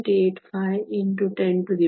85 x 1024 m 3 ಆಗಿದೆ